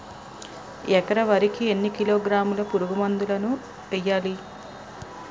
ఎకర వరి కి ఎన్ని కిలోగ్రాముల పురుగు మందులను వేయాలి?